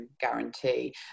guarantee